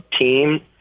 team